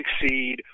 succeed